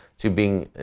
to being